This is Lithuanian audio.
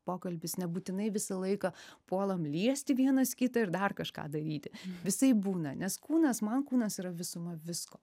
pokalbis nebūtinai visą laiką puolam liesti vienas kitą ir dar kažką daryti visaip būna nes kūnas man kūnas yra visuma visko